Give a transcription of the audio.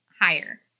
higher